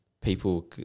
people